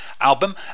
album